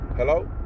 Hello